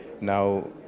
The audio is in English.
Now